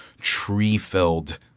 tree-filled